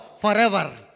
forever